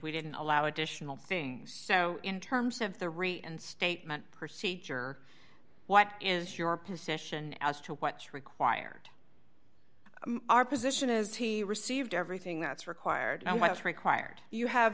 we didn't allow additional things so in terms of the rate and statement procedure what is your position as to what's required our position is he received everything that's required and i was required you have